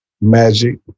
Magic